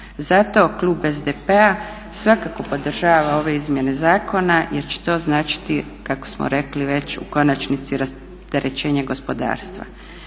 Zato klub SDP-a svakako podržava ove izmjene zakona jer će to značiti kako smo rekli već u konačnici rasterećenje gospodarstva.